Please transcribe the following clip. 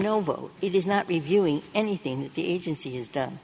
novo it is not reviewing anything the agency has done